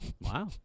Wow